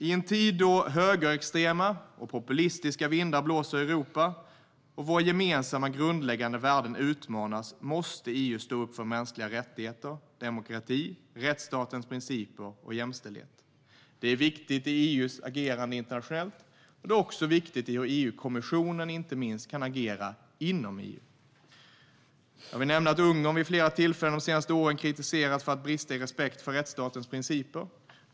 I en tid då högerextrema och populistiska vindar blåser i Europa och våra gemensamma grundläggande värden utmanas måste EU stå upp för mänskliga rättigheter, demokrati, rättsstatens principer och jämställdhet. Det är viktigt i EU:s agerande internationellt, och det är också viktigt när EU-kommissionen agerar inom EU. Jag vill nämna att Ungern vid flera tillfällen de senaste åren kritiserats för att brista i respekt för rättsstatens principer.